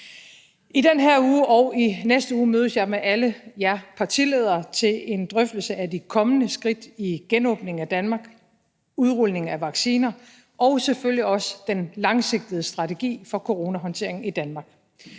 I den her uge og i næste uge mødes jeg med alle jer partiledere til en drøftelse af de kommende skridt i genåbningen af Danmark, udrulningen af vacciner og selvfølgelig også den langsigtede strategi for coronahåndtering i Danmark.